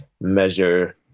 measure